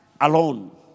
alone